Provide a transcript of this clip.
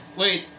wait